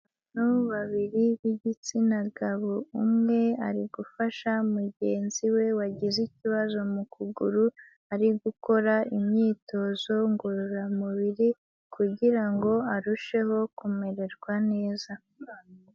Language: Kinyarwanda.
Abantu babiri b'igitsina gabo, umwe ari gufasha mugenzi we wagize ikibazo mu kuguru ari gukora imyitozo ngororamubiri, kugirango ngo arusheho kumererwa neza.